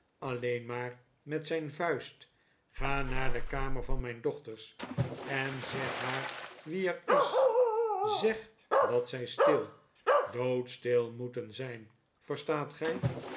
alleen maar met zijn vuist ga naar de kamer van mijn dochters en zeg haar wie er is zeg dat zij stil doodstil moeten zijn verstaat gij